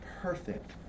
perfect